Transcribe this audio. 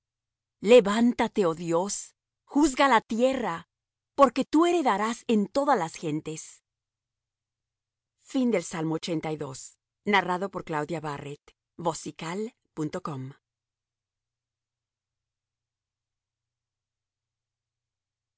levántate oh dios juzga la tierra porque tú heredarás en todas las gentes